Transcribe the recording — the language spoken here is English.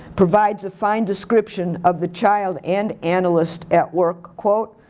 provides a fine description of the child and analyst at work. quote,